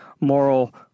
moral